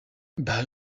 bah